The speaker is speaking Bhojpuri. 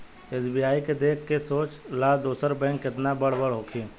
एस.बी.आई के देख के सोच ल दोसर बैंक केतना बड़ बड़ होखी